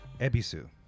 Ebisu